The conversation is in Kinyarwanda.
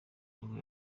nibwo